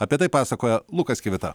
apie tai pasakoja lukas kivita